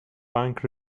bank